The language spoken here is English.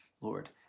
Lord